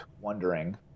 wondering